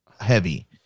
heavy